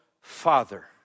Father